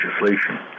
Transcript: legislation